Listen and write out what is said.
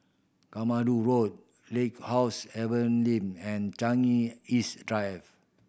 Katmandu Road house and Changi East Drive